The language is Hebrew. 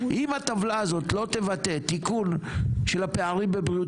אם הטבלה הזאת לא תבטא תיקון של הפערים בבריאות,